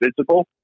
physical